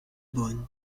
bonn